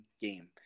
game